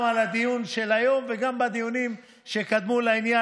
על הדיון היום וגם בדיונים שקדמו לעניין,